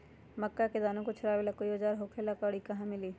मक्का के दाना छोराबेला कोई औजार होखेला का और इ कहा मिली?